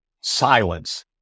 Silence